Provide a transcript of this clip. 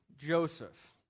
Joseph